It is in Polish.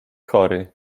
chory